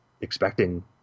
expecting